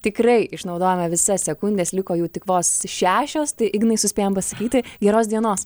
tikrai išnaudojome visas sekundes liko jų tik vos šešios tai ignai suspėjam pasakyti geros dienos